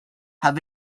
have